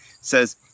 says